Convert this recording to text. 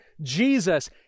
Jesus